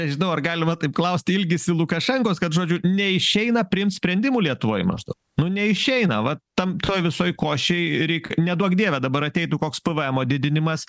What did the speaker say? nežinau ar galima taip klausti ilgisi lukašenkos kad žodžiu neišeina priimt sprendimų lietuvoj maždaug nu neišeina vat tam toj visoj košėj reik neduok dieve dabar ateitų koks pėvėemo didinimas